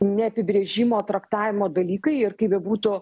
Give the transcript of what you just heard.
ne apibrėžimo o traktavimo dalykai ir kaip bebūtų